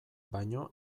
baino